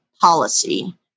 policy